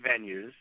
venues